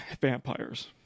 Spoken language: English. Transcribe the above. vampires